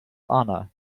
honor